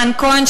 רן כהן,